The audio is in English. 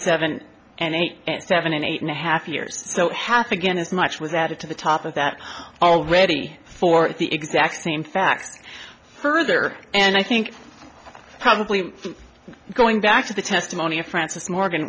seven and eight and seven and eight and a half years so half again as much was added to the top of that already for the exact same facts further and i think probably going back to the testimony of francis morgan